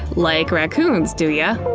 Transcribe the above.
like raccoons, do ya?